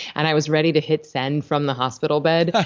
and i was ready to hit send from the hospital bed.